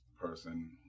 person